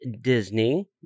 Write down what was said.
Disney